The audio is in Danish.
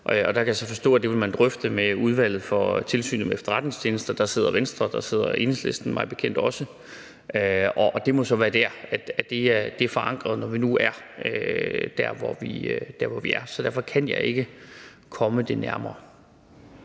Og der kan jeg jo så forstå, at det vil man drøftet med Tilsynet med Efterretningstjenesterne. Der sidder Venstre, og der sidder Enhedslisten mig bekendt også, og det må så være der, det er forankret, når vi nu er der, hvor vi er. Så derfor kan jeg ikke komme det nærmere.